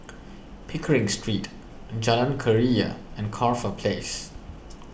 Pickering Street Jalan Keria and Corfe Place